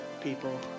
people